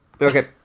Okay